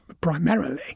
primarily